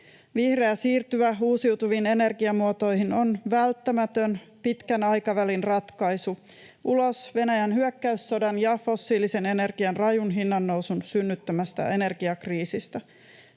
Vihreä siirtymä uusiutuviin energiamuotoihin on välttämätön pitkän aikavälin ratkaisu ulos Venäjän hyökkäyssodan ja fossiilisen energian rajun hinnannousun synnyttämästä energiakriisistä.